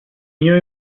neo